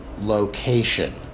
location